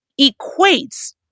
equates